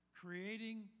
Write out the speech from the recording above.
Creating